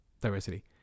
diversity